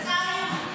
לצערנו.